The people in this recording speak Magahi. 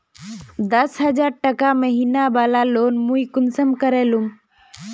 दस हजार टका महीना बला लोन मुई कुंसम करे लूम?